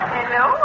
Hello